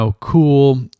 cool